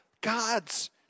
God's